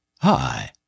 Hi